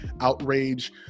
outrage